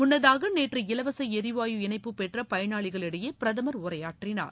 முன்னதாக நேற்று இலவச எரிவாயு இணைப்பு பெற்ற பயனாளிகளிடையே பிரதமர் உரையாற்றினார்